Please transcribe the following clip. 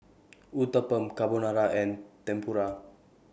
Uthapam Carbonara and Tempura